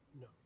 No